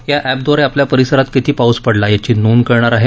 या एपद्वारे आपल्या परिसरात किती पाऊस पडला याची नोंद कळणार आहे